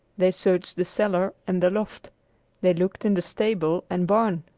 they searched the cellar and the loft they looked in the stable and barn,